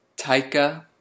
Taika